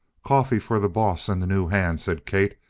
coffee for the boss and the new hand, said kate,